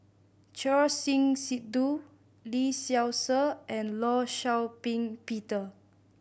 Choor Singh Sidhu Lee Seow Ser and Law Shau Ping Peter